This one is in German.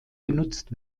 genutzt